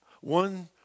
one